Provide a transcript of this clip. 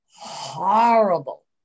horrible